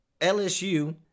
LSU